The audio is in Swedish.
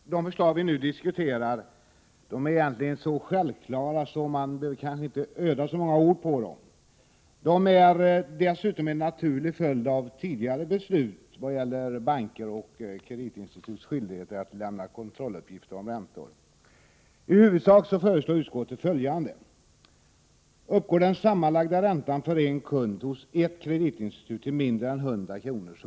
Herr talman! De förslag som vi nu diskuterar är egentligen så självklara att man kanske inte behöver ödsla så många ord på dem. Förslagen är dessutom en naturlig följd av tidigare beslut vad gäller bankers och kreditinstituts skyldigheter att lämna kontrolluppgifter om räntor. I huvudsak föreslår utskottet följande. Uppgår den sammanlagda räntan för en kund hos ett kreditinstitut till mindre än 100 kr.